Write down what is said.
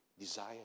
desire